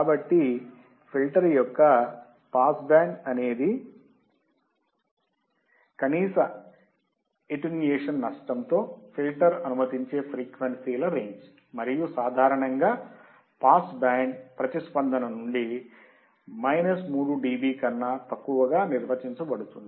కాబట్టి ఫిల్టర్ యొక్క pass band అనేది కనీస అటెన్యుయేషన్ నష్టంతో ఫిల్టర్ అనుమతించే ఫ్రీక్వెన్సీ ల రేంజ్ మరియు సాధారణముగా పాస్ బ్యాండ్ ప్రతిస్పందన నుండి 3dB కన్నా తక్కువగా నిర్వచించబడుతుంది